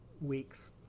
weeks